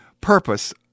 purpose